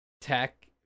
tech